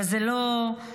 אבל זה לא מספיק.